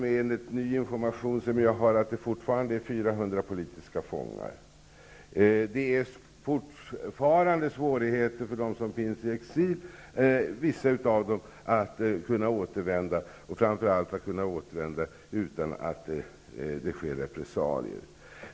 Enligt ny information som jag har kan man räkna med att det fortfarande finns 400 politiska fångar. För vissa av dem som befinner sig i exil är det forfarande svårigheter att återvända -- och framför allt att återvända utan repressalier.